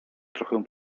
trochę